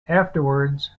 afterwards